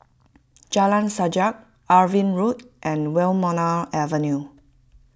Jalan Sajak Irving Road and Wilmonar Avenue